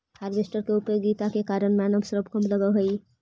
harvester के उपयोगिता के कारण मानव श्रम कम लगऽ हई